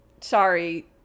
sorry